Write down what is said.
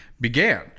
began